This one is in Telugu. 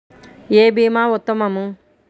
ఏ భీమా ఉత్తమము?